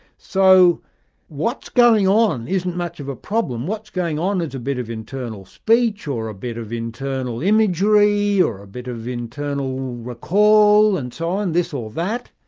so what's going on isn't much of a problem, what's going on is a bit of internal speech or a bit of internal imagery, or a bit of internal recall and so on, this or that.